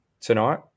tonight